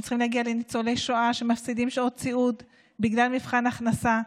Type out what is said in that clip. הם צריכים להגיע לניצולי שואה שמפסידים שעות סיעוד בגלל מבחן הכנסה.